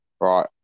right